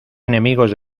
enemigos